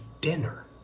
dinner